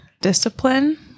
discipline